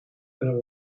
kunnen